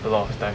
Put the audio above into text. a lot of time